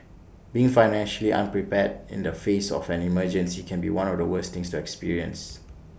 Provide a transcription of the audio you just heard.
being financially unprepared in the face of an emergency can be one of the worst things to experience